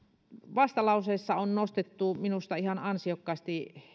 vastalauseissa on nostettu minusta ihan ansiokkaasti